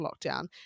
lockdown